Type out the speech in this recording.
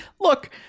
look